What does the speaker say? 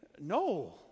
no